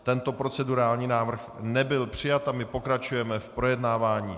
Tento procedurální návrh nebyl přijat a my pokračujeme v projednávání.